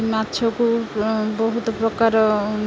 ମାଛକୁ ବହୁତ ପ୍ରକାର